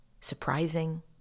surprising